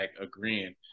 agreeing